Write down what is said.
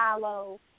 follow